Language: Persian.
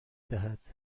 دهد